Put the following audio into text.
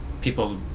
people